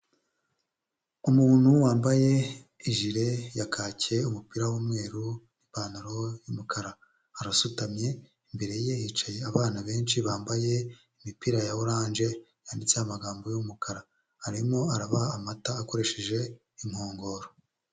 Umuntu wambaye ijire ya kake, umupira w'umweru, ipantaro y'umukara. Arasutamye imbere ye hicaye abana benshi bambaye imipira ya oranje yanditseho amagambo y'umukara; arimo arabaha amata akoresheje inkongoro.